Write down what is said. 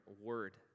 word